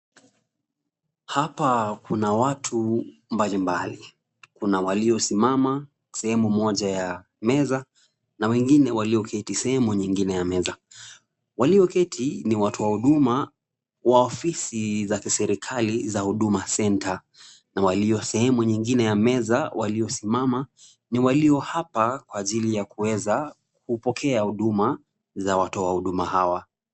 Hapa kuna watu mbalimbali, kuna waliosimama sehemu moja ya meza na wengine walioketi sehemu nyingine ya meza. Walioketi ni watu wa huduma wa ofisi za kiserikali za Huduma Center na walio sehemu nyingine ya meza waliosimama ni walio hapa kwa ajili ya kuweza kupokea huduma za watoa huduma hawa.